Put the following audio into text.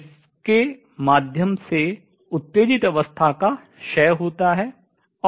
जिसके माध्यम से उत्तेजित अवस्था का क्षय होता है